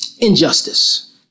Injustice